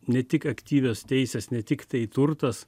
ne tik aktyvios teisės ne tiktai turtas